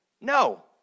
no